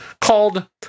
called